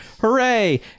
hooray